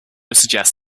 suggests